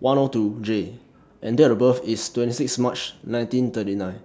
one O two J and Date of birth IS twenty six March nineteen thirty nine